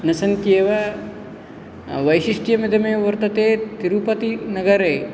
न सन्त्येव वैशिष्ट्यम् इदमेव वर्तते तिरुपतिनगरे